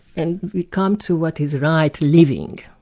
and we come to what is right living.